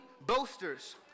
boasters